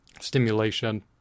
stimulation